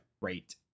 Great